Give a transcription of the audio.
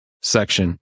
section